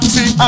See